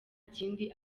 kindi